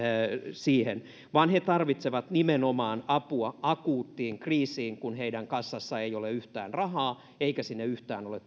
siihen he tarvitsevat apua nimenomaan akuuttiin kriisiin kun heidän kassassaan ei ole yhtään rahaa eikä sinne yhtään ole